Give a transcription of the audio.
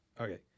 okay